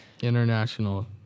International